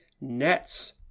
Nets